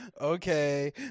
Okay